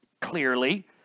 clearly